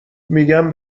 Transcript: میگم